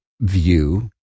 view